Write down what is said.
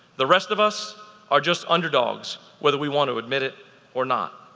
the rest of us are just underdogs whether we want to admit it or not.